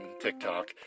TikTok